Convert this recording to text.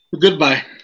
Goodbye